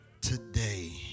today